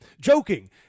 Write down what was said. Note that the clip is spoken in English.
joking